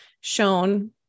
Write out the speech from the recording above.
shown